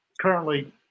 currently